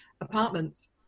apartments